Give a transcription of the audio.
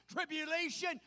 Tribulation